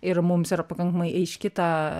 ir mums yra pakankamai aiški ta